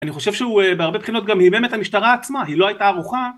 אני חושב שהוא בהרבה בחינות גם הימם את המשטרה עצמה היא לא הייתה ארוכה